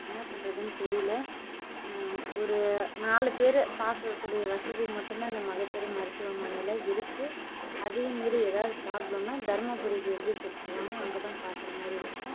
என்ன பண்ணுறதுன்னு தெரியல ஒரு நாலு பேர் பார்க்கக்கூடிய வசதி மட்டும் தான் இந்த மகப்பேறு மருத்துவமனையில் இருக்கு அதையும் மீறி எதாவது ப்ராப்ளம்னா தர்மபுரிக்கு எழுதி கொடுத்துருவாங்க அங்க தான் பார்க்குற மாதிரி இருக்கும்